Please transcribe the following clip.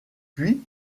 puis